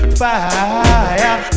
fire